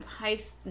Heist